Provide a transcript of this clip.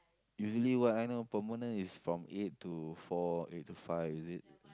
usually what I know permanent is from eight to four eight to five is it